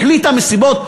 החליטה מסיבות,